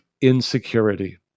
insecurity